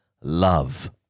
love